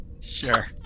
sure